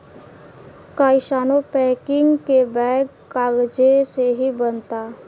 कइसानो पैकिंग के बैग कागजे से ही बनता